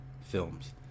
films